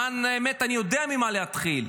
למען האמת, אני יודע ממה להתחיל,